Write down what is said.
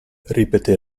ripeté